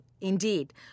Indeed